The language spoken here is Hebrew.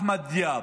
אחמד דיאב,